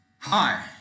Hi